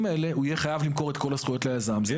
האלה הוא יהיה חייב למכור את כל הזכויות ליזם וזה